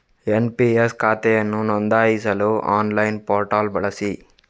NPS ಖಾತೆಯನ್ನು ನೋಂದಾಯಿಸಲು online portal ಬಳಸಿ